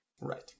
Right